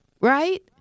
right